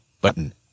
Button